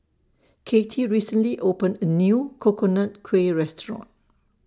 Cathey recently opened A New Coconut Kuih Restaurant